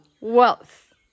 wealth